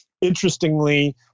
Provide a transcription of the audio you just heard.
Interestingly